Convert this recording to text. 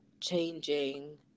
changing